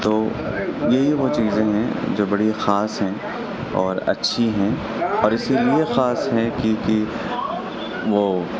تو یہی وہ چیزیں ہیں جو بڑی خاص ہیں اور اچھی ہیں اور اسی لئے خاص ہیں کیونکہ وہ